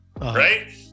right